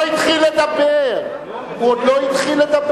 הוא עוד לא התחיל לדבר, הוא עוד לא התחיל לדבר.